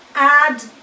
add